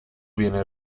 viene